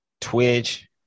Twitch